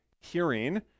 hearing